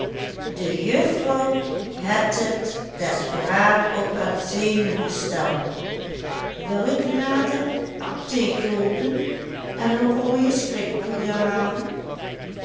de juffrouw het et disperaat op er zenuwgestel wil ik naar de apteek loopen en een rooie